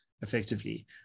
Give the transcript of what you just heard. effectively